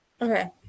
Okay